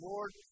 Lord